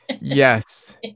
Yes